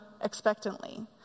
expectantly